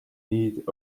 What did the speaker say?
need